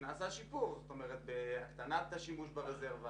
נעשה שיפור בהקטנת השימוש ברזרבה